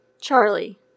Charlie